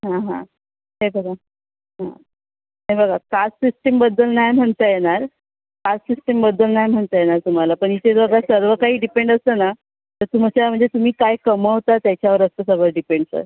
हं हं हे बघा हे बघा कास्ट सिस्टिमबद्दल नाही म्हणता येणार कास्ट सिस्टिमबद्दल नाही म्हणता येणार तुम्हाला पण इथे जर सर्वकाही डिपेंड असतं ना तर तुमच्या म्हणजे तुम्ही काय कमावता त्याच्यावर असतं सगळं डिपेंड सर